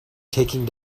taking